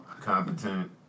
competent